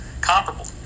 Comparable